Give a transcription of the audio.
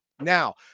Now